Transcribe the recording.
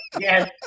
Yes